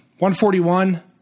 141